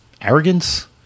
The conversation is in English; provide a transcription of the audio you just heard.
arrogance